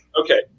Okay